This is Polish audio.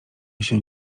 się